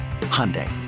Hyundai